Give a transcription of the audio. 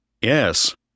Yes